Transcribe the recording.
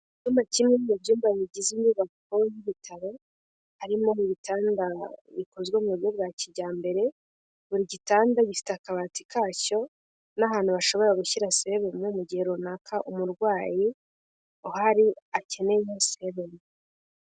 Icyumba kimwe mu byumba bigize inyubako y'ibitaro, harimo ibitanda bikozwe mu buryo bwa kijyambere, buri gitanda gifite akabati kacyo n'ahantu bashobora gushyira serumu mu gihe runaka umurwayi uhari akeneye serumu.